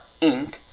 Inc